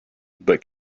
but